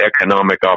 economic